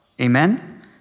Amen